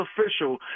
official